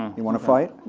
you wanna fight?